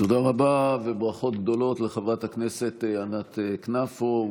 תודה רבה, וברכות גדולות לחברת הכנסת ענת כנפו.